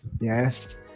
Yes